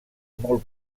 molt